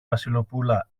βασιλοπούλα